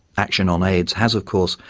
action on aids has, of course,